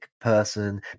person